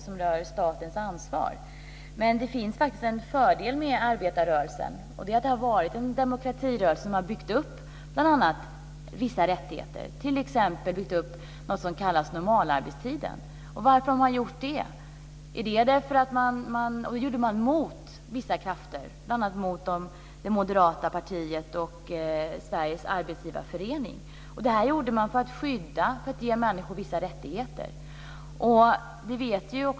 Men det finns faktiskt en fördel med arbetarrörelsen, nämligen att den har varit en demokratirörelse som har byggt upp bl.a. vissa rättigheter, t.ex. det som kallas för normalarbetstiden. Varför har man gjort det? Det gjordes mot vissa krafter, bl.a. det moderata partiet och Svenska arbetsgivareföreningen. Det gjorde man för att skydda och ge människor vissa rättigheter.